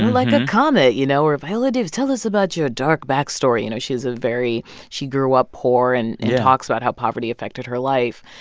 like a comet, you know? or viola davis, tell us about your dark backstory. you know, she's a very she grew up poor and talks about how poverty affected her life.